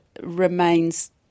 remains